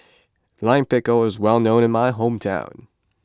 Lime Pickle is well known in my hometown